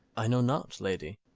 i know not, lady.